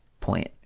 point